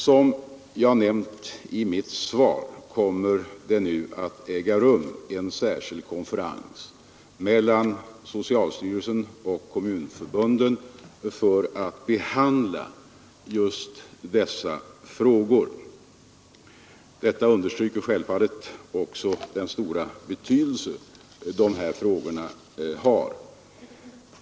Som jag nämnt i mitt svar kommer det nu att äga rum en särskild konferens mellan socialstyrelsen och kommunförbunden för att behandla just dessa frågor. Detta understryker självfallet också den stora betydelse de här frågorna har.